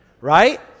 right